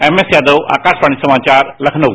M S Yadav Akashvani समाचार लखनऊ